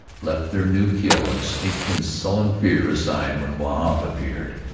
left their new kill and sneaked in sullen fear aside when wahb appeared.